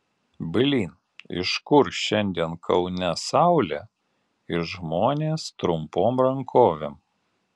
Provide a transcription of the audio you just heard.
blyn iš kur šiandien kaune saulė ir žmonės trumpom rankovėm